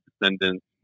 descendants